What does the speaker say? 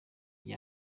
jye